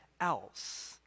else